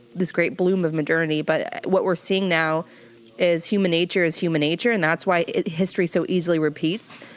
this great bloom of modernity. but what we're seeing now is human nature, is human nature. and that's why history so easily repeats.